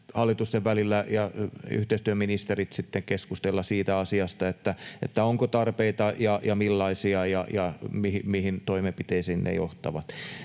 hallitusten ja yhteistyöministerien sitten keskustella, onko tarpeita ja millaisia, ja mihin toimenpiteisiin ne johtavat.